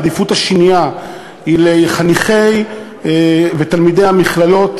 העדיפות השנייה היא לחניכים ולתלמידי המכללות,